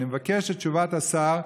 אני מבקש את תשובת השר,